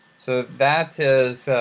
so that is